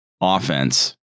offense